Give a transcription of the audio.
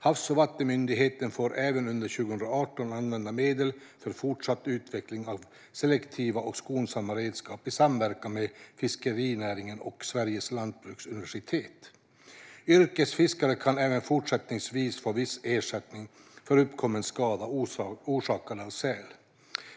Havs och vattenmyndigheten får även under 2018 använda medel för fortsatt utveckling av selektiva och skonsamma redskap, i samverkan med fiskenäringen och Sveriges lantbruksuniversitet. Yrkesfiskare kan även fortsättningsvis få viss ersättning för uppkommen skada orsakad av säl.